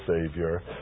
Savior